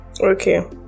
Okay